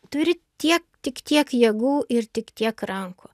turi tiek tik tiek jėgų ir tik tiek rankų